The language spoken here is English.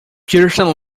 pearson